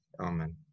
Amen